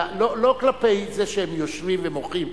לא כלפי זה שהם יושבים ומוחים,